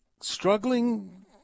struggling